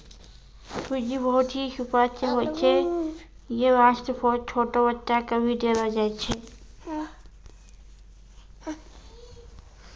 सूजी बहुत हीं सुपाच्य होय छै यै वास्तॅ छोटो बच्चा क भी देलो जाय छै